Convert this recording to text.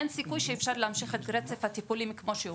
אין סיכוי שאפשר להמשיך את רצף הטיפולים כמו שהוא.